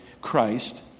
Christ